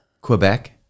Quebec